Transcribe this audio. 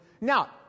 Now